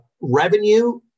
revenue